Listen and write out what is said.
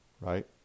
right